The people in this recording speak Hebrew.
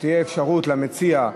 שתהיה אפשרות למציע,